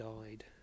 died